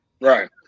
Right